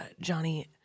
Johnny